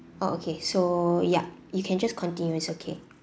oh okay so ya you can just continue it's okay